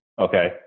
Okay